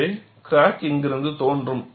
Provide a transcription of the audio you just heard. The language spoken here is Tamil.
எனவே கிராக் இங்கிருந்து தோன்றும்